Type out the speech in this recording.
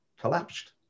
collapsed